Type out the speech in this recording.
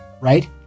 right